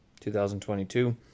2022